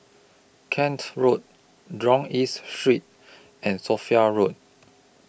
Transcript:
Kent Road Jurong East Street and Sophia Road